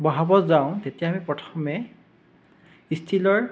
বঢ়াব যাওঁ তেতিয়া আমি প্ৰথমে ষ্টিলৰ